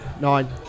Nine